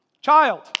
Child